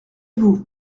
vous